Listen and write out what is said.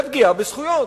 זה פגיעה בזכויות.